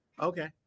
Okay